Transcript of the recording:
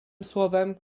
słowem